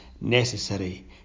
necessary